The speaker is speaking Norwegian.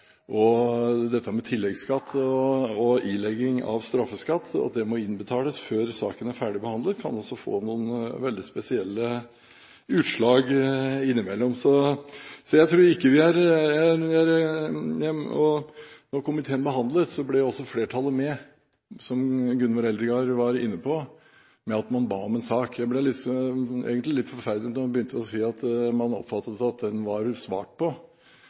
Dette med at tilleggsskatt og ilagt straffeskatt må betales før straffesaken er ferdig behandlet, kan også få veldig spesielle utslag innimellom. Da komiteen behandlet saken, ble også flertallet med på, som Gunvor Eldegard var inne på, å be om en sak. Jeg var egentlig litt forferdet da at hun sa at man oppfattet at den var svart på.